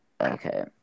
Okay